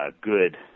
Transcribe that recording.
good